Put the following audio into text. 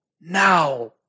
now